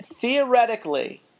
Theoretically